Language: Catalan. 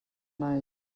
mai